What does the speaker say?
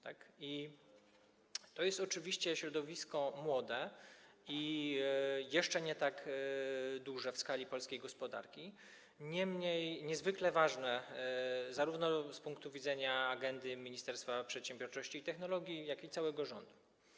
To jest oczywiście środowisko młode i jeszcze nie tak duże w skali polskiej gospodarki, niemniej niezwykle ważne zarówno z punktu widzenia agendy Ministerstwa Przedsiębiorczości i Technologii, jak i całego rządu.